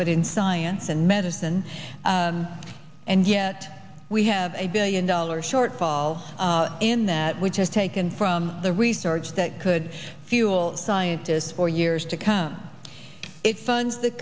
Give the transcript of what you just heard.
but in science and medicine and yet we have a billion dollar shortfall in that which is taken from the research that could fuel scientists for years to come it fun